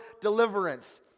deliverance